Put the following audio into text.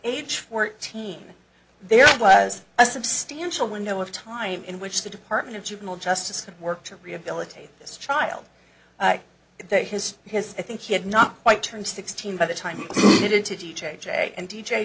age fourteen there was a substantial window of time in which the department of juvenile justice could work to rehabilitate this child that his has i think he had not quite turn sixteen by the time it into d j jay and d j